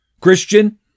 Christian